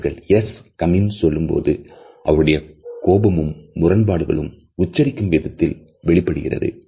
our 'yes come in' சொல்லும்போது அவருடைய கோபமும் முரண்பாடுகளும் உச்சரிக்கும் விதத்தில் வெளிப்படுகிறது